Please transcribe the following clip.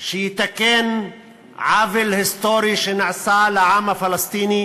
שיתקן עוול היסטורי שנעשה לעם הפלסטיני,